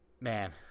man